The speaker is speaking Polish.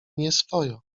nieswojo